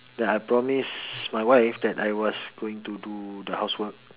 that I promise my wife that I was going to do the house work